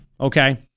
okay